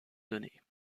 données